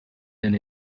then